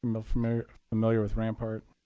um familiar familiar with rampart,